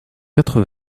quatre